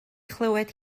chlywed